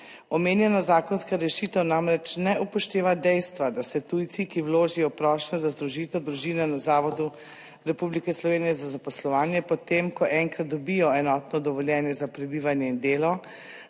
Omenjena zakonska rešitev namreč ne upošteva dejstva, da se tujci, ki vložijo prošnjo za združitev družine na Zavodu Republike Slovenije za zaposlovanje po tem, ko enkrat dobijo enotno dovoljenje za prebivanje in delo,